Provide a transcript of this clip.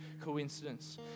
coincidence